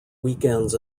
weekends